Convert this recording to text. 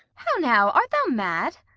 how now! art thou mad?